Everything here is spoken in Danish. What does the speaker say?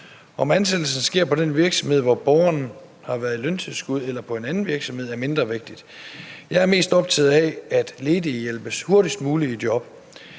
Om ansættelsen sker på den virksomhed, hvor borgeren har været med løntilskud, eller på en anden virksomhed, er mindre vigtigt. Jeg er mest optaget af, at ledige hurtigst muligt